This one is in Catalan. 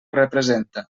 representa